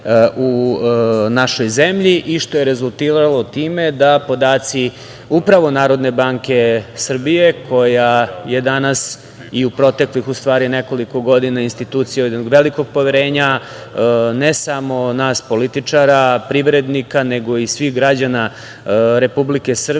u našoj zemlji, što je rezultiralo time da podaci upravo NBS koja je danas i u proteklih u stvari nekoliko godina institucija jednog velikog poverenja, ne samo nas političara, privrednika, nego i svih građana Republike Srbije.